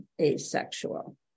asexual